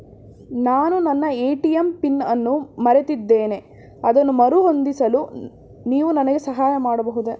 ನಾನು ನನ್ನ ATM PIN ಅನ್ನು ಮರೆತಿದ್ದೇನೆ ಅದನ್ನು ಮರುಹೊಂದಿಸಲು ನೀವು ನನಗೆ ಸಹಾಯ ಮಾಡಬಹುದೇ?